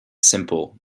simple